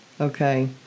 Okay